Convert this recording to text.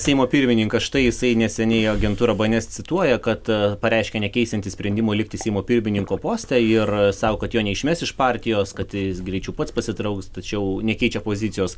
seimo pirmininką štai jisai neseniai agentūra bns cituoja kad pareiškė nekeisiantis sprendimo likti seimo pirmininko poste ir sau kad jo neišmes iš partijos kad jis greičiau pats pasitrauks tačiau nekeičia pozicijos